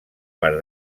part